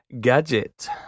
gadget